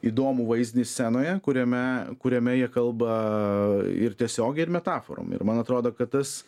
įdomų vaizdinį scenoje kuriame kuriame jie kalba ir tiesiogiai metaforom ir man atrodo kad tas